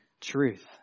truth